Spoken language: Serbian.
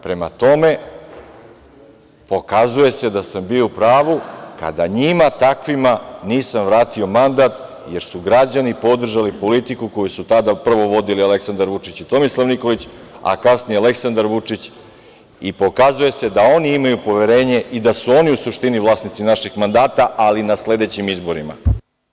Prema tome, pokazuje se da sam bio u pravu kada njima takvima nisam vratio mandat jer su građani podržali politiku koju su tada prvo vodili Aleksandar Vučić i Tomislav Nikolić, a kasnije Aleksandar Vučić i pokazuje se da oni imaju poverenje, da su oni u suštini vlasnici naših mandata, ali na sledećim izborima.